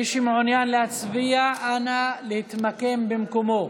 מי שמעוניין להצביע, אנא להתמקם במקומו.